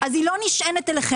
אז היא לא נשענת עליכם.